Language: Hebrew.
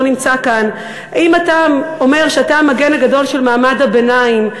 שלא נמצא כאן: אם אתה אומר שאתה המגן הגדול של מעמד הביניים,